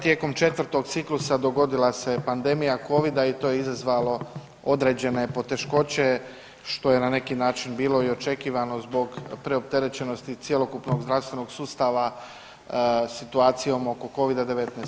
Tijekom četvrtog ciklusa dogodila se pandemija covida i to je izazvalo određene poteškoće što je na neki način bilo i očekivano zbog preopterećenosti cjelokupnog zdravstvenog sustava situacijom oko covida-19.